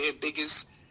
biggest